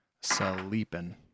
sleeping